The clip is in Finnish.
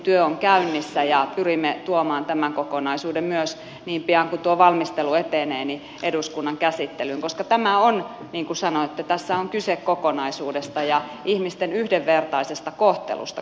työ on käynnissä ja pyrimme tuomaan eduskunnan käsittelyyn tämän kokonaisuuden myös niin pian kuin tuo valmistelu etenee koska tässä on niin kuin sanoitte kyse kokonaisuudesta ja ihmisten yhdenvertaisesta kohtelusta